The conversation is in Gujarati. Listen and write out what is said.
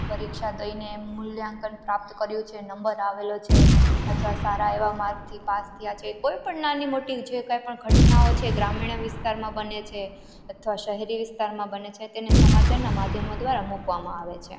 પરીક્ષા દઈને મૂલ્યાંકન પ્રાપ્ત કર્યું છે નંબર આવેલો છે અથવા સારા એવા માર્કથી પાસ થયા છે કોઈપણ નાની મોટી જે કંઈપણ ઘટનાઓ છે ગ્રામીણ વિસ્તારમાં બને છે અથવા શહેરી વિસ્તારમાં બને છે તેને સમાચારના માધ્યમો દ્વારા મૂકવામાં આવે છે